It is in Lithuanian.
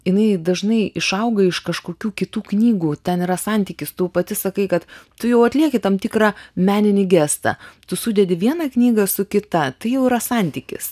jinai dažnai išauga iš kažkokių kitų knygų ten yra santykis tu pati sakai kad tu jau atlieki tam tikrą meninį gestą tu sudedi vieną knygą su kita tai jau yra santykis